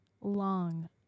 long